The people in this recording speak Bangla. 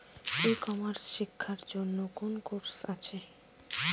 ই কমার্স শেক্ষার জন্য কোন কোর্স আছে?